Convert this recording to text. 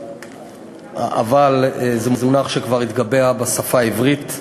אבל זה מונח שכבר התקבע בשפה העברית,